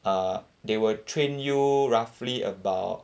err they will train you roughly about